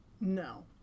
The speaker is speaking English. No